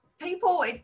People